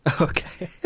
Okay